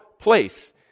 place